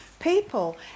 people